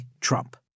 Trump